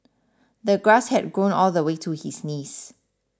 the grass had grown all the way to his knees